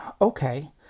okay